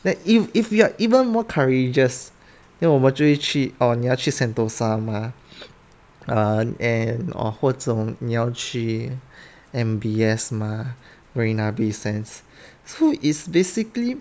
then if if you are even more courageous then 我们就会去 orh 你要去 sentosa 吗 err and or 或者你要去 M_B_S 吗 marina bay sands so is basically